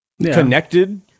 connected